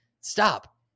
stop